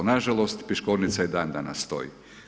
Nažalost, Piškornica i dan danas stoji.